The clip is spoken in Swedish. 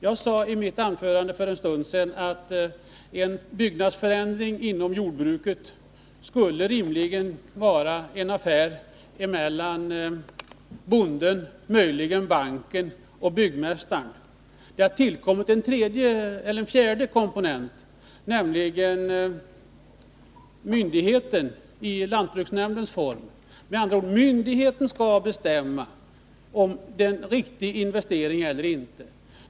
Jag sade i mitt anförande för en stund sedan att en byggnadsförändring inom jordbruket rimligen skulle vara en affär mellan bonden, möjligen banken och byggmästaren. Det har tillkommit en fjärde komponent, nämligen myndigheten, i form av lantbruksnämnden. Med andra ord: Myndigheten skall bestämma om det är en riktig investering eller inte.